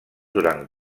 durant